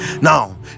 now